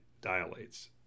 dilates